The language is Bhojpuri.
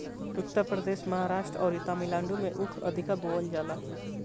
उत्तर प्रदेश, महाराष्ट्र अउरी तमिलनाडु में ऊख अधिका बोअल जाला